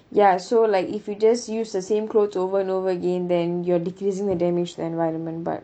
ya so like if you just use the same clothes over and over again then you're decreasing the damage to the environment but